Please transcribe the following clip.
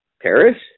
Paris